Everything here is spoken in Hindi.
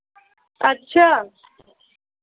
अच्छा